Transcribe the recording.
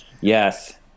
Yes